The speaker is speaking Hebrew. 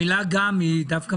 המילה גם מעניינת.